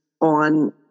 on